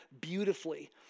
beautifully